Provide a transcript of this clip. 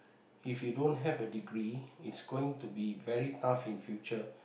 if you don't have a degree it's going to be very tough in future